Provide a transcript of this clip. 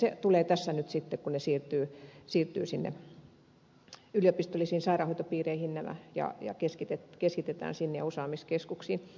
se tulee tässä nyt sitten kun nämä potilaat siirtyvät yliopistollisiin sairaanhoitopiireihin ja toiminta keskitetään sinne osaamiskeskuksiin